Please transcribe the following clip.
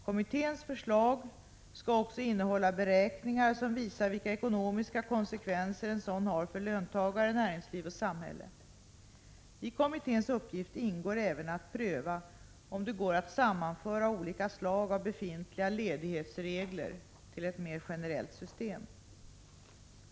Kommitténs förslag skall också innehålla beräkningar som visar vilka ekonomiska konsekvenser en sådan utjämning har för löntagare, näringsliv och samhälle. I kommitténs uppgift ingår även att pröva om det går att sammanföra olika slag av befintliga ledighetsregler till ett mer generellt system.